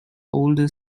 older